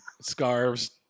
scarves